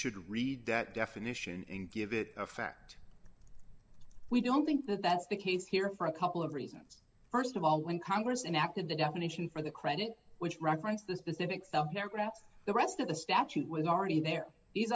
should read that definition and give it effect we don't think that that's the case here for a couple of reasons st of all when congress enacted the definition for the credit which referenced the specific cell paragraphs the rest of the statute was already there these